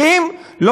תפאדל.